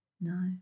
No